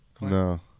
No